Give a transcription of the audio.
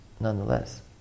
nonetheless